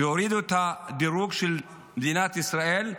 שהורידו את הדירוג של מדינת ישראל.